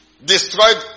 Destroyed